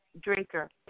drinker